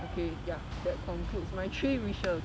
okay ya that concludes my three wishes